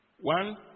One